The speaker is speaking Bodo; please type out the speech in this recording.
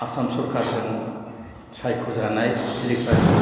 आसाम सरकारजों सायख' जानाय रिफारि